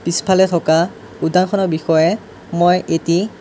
পিছফালে থকা উদ্যানখনৰ বিষয়ে মই এটি